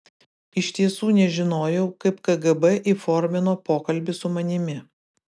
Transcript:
iš tiesų nežinojau kaip kgb įformino pokalbį su manimi